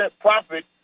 profit